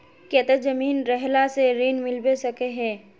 केते जमीन रहला से ऋण मिलबे सके है?